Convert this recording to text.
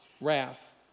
wrath